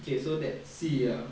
okay so let's see ah